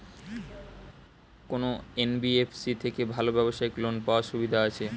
কোন এন.বি.এফ.সি থেকে ভালো ব্যবসায়িক লোন পাওয়ার সুবিধা আছে?